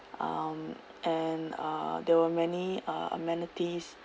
um and uh there were many uh amenities